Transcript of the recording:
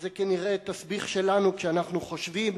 וזה כנראה תסביך שלנו כשאנחנו חושבים